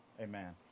Amen